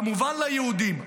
כמובן ליהודים,